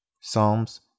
Psalms